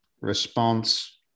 response